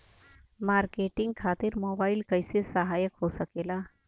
Marketing खातिर mobile कइसे सहायक हो सकेला?